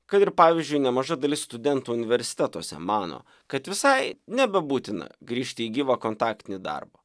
kad ir pavyzdžiui nemaža dalis studentų universitetuose mano kad visai nebebūtina grįžti į gyvą kontaktinį darbą